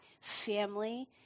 family